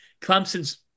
Clemson's